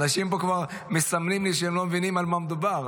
אנשים מסמנים לי שהם לא מבינים על מה מדובר.